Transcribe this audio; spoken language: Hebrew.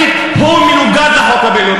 המזרחית מנוגד לחוק הבין-לאומי.